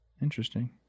Interesting